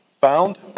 found